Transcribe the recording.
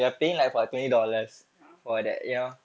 ah a'ah